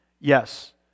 Yes